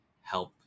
help